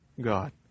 God